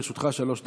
לרשותך שלוש דקות.